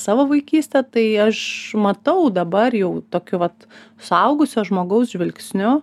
savo vaikystę tai aš matau dabar jau tokio vat suaugusio žmogaus žvilgsniu